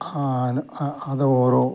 ആണ് അത് ഓരോ